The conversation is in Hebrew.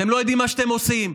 אתם לא יודעים מה שאתם עושים.